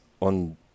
on